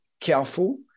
careful